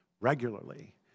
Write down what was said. regularly